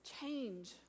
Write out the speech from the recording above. change